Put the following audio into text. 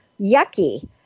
yucky